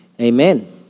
Amen